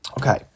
Okay